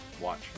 watch